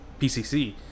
pcc